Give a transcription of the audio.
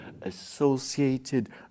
associated